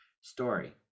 Story